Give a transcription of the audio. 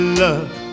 love